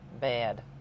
Bad